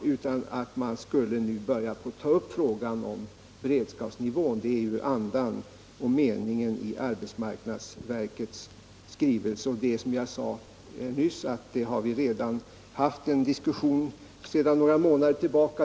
Arbetsmarknadsverket har krävt att vi nu skall börja ta upp frågan om beredskapsnivån — det är andan och meningen i arbetsmarknadsverkets skrivelse. Om den saken har vi, som jag sade, en diskussion sedan några månader tillbaka.